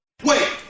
Wait